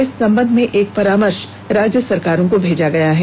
इस संबंध में एक परामर्श राज्य सरकारों को भेजा गया है